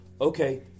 okay